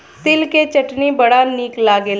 तिल के चटनी बड़ा निक लागेला